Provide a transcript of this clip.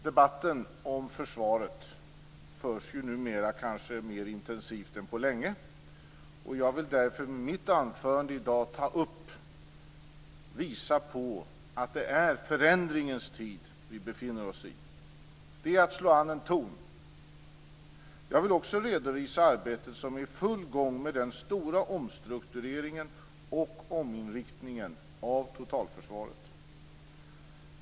Debatten om försvaret förs numera kanske mer intensivt än på länge. Jag vill därför i mitt anförande i dag ta upp och visa på att det är förändringens tid vi befinner oss i. Det är att slå an en ton. Jag vill också redovisa arbetet som är i full gång med den stora omstruktureringen och ominriktningen av totalförsvaret.